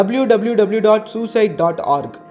www.suicide.org